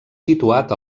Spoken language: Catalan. situat